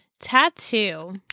Tattoo